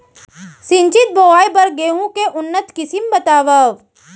सिंचित बोआई बर गेहूँ के उन्नत किसिम बतावव?